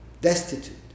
destitute